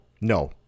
No